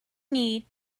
need